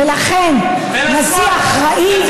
ולכן נשיא אחראי לא יטיל את הרכבת הממשלה,